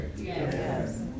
Yes